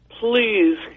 please